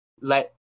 let